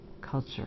culture